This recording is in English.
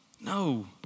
No